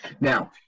now